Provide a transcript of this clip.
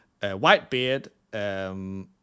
Whitebeard